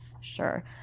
Sure